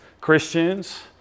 Christians